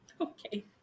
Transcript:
Okay